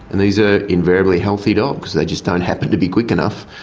and these are invariably healthy dogs they just don't happen to be quick enough.